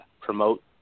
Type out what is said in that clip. promote